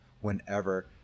whenever